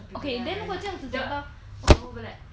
okay then 如果这样子讲到